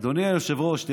אדוני היושב-ראש,